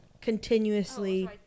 continuously